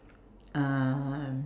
uh